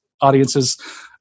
audiences